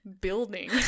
building